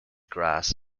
grass